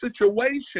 situation